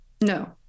No